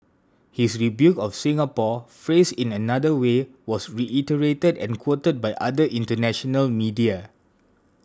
his rebuke of Singapore phrased in another way was reiterated and quoted by other international media